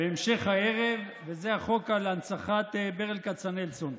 בהמשך הערב, וזה החוק על הנצחת ברל כצנלסון.